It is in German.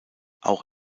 auch